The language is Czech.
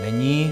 Není.